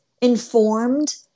informed